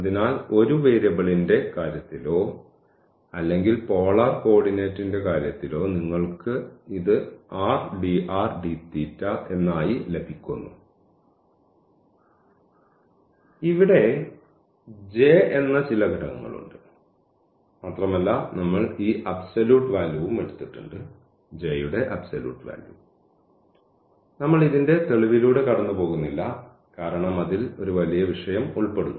അതിനാൽ ഒരു വേരിയബിളിന്റെ കാര്യത്തിലോ അല്ലെങ്കിൽ പോളാർ കോർഡിനേറ്റിന്റെ കാര്യത്തിലോ നിങ്ങൾക്ക് ഇത് rdrdθ ആയി ലഭിക്കുന്നു ഇവിടെ എന്ന ചില ഘടകങ്ങളുണ്ട് മാത്രമല്ല ഞങ്ങൾ ഈ അബ്സല്യൂട്ട് വാല്യുവും എടുത്തിട്ടുണ്ട് നമ്മൾ ഇതിന്റെ തെളിവിലൂടെ കടന്നുപോകുന്നില്ല കാരണം അതിൽ ഒരു വലിയ വിഷയം ഉൾപ്പെടുന്നു